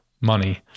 money